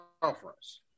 conference